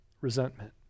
resentment